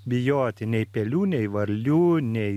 bijoti nei pelių nei varlių nei